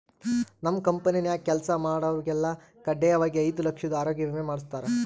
ನಮ್ ಕಂಪೆನ್ಯಾಗ ಕೆಲ್ಸ ಮಾಡ್ವಾಗೆಲ್ಲ ಖಡ್ಡಾಯಾಗಿ ಐದು ಲಕ್ಷುದ್ ಆರೋಗ್ಯ ವಿಮೆ ಮಾಡುಸ್ತಾರ